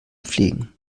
pflegen